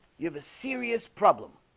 you have a serious problem